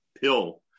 pill